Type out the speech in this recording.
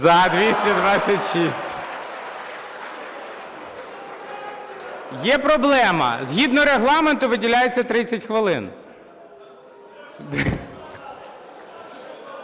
прийнято. Є проблема: згідно Регламенту виділяється 30 хвилин.